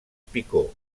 picó